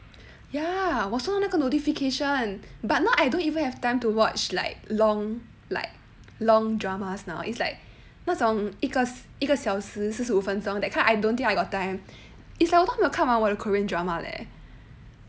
ya 我收到那个 notification but now I don't even have time to watch like long like long dramas now it's like what 那种一个小时四十五分钟 that kind I don't think I got time it's like 我都还没有看完我的 korean drama leh